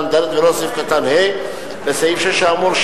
(ד) ולא לסעיף קטן (ה) לסעיף 6 האמור,